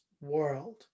world